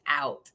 out